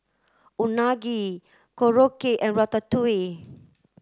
Unagi Korokke and Ratatouille